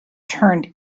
turned